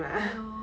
oh